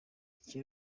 icyo